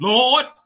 Lord